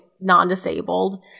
non-disabled